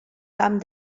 camp